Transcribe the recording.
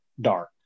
dark